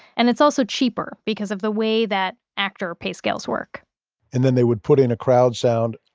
and it's also cheaper because of the way that actor pay scales work and then they would put in a crowd sound,